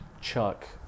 Chuck